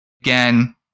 again